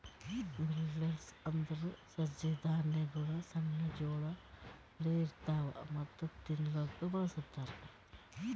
millets ಅಂದುರ್ ಸಜ್ಜಿ ಧಾನ್ಯಗೊಳ್ ಸಣ್ಣ ಜೋಳ ಅಪ್ಲೆ ಇರ್ತವಾ ಮತ್ತ ತಿನ್ಲೂಕ್ ಬಳಸ್ತಾರ್